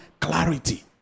clarity